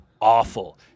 awful